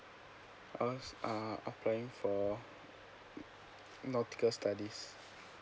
uh apply for nautical studies